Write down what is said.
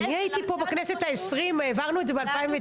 אני הייתי פה בכנסת ה-20, העברנו את זה ב-2019.